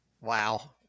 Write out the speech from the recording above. wow